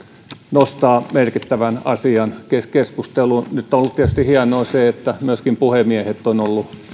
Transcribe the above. nostaa merkittävän asian keskusteluun nyt on ollut tietysti hienoa se että myöskin puhemiehet ovat olleet